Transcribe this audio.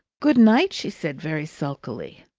good night! she said very sulkily.